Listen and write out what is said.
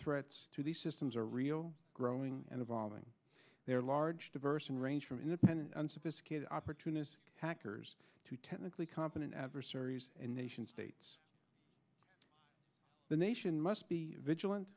threats to these systems are real growing and evolving their large diverse and range from independent unsophisticated opportunistic hackers to technically competent adversaries and nation states the nation must be vigilant